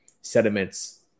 sediments